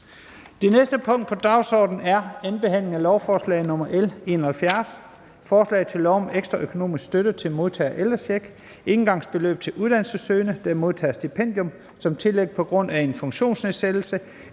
Det næste punkt på dagsordenen er: 6) 2. behandling af lovforslag nr. L 71: Forslag til lov om en ekstra økonomisk støtte til modtagere af ældrecheck, engangsbeløb til uddannelsessøgende, der modtager stipendium som tillæg på grund af en funktionsnedsættelse